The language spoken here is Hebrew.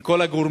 עם כל הגורמים,